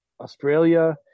Australia